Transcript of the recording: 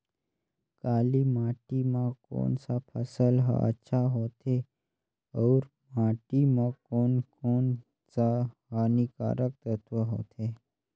काली माटी मां कोन सा फसल ह अच्छा होथे अउर माटी म कोन कोन स हानिकारक तत्व होथे?